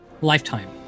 lifetime